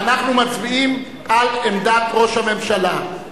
ואנחנו מצביעים על עמדת ראש הממשלה.